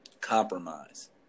compromise